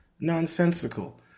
nonsensical